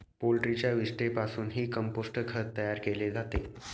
पोल्ट्रीच्या विष्ठेपासूनही कंपोस्ट खत तयार केले जाते